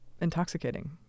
intoxicating